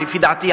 לפי דעתי,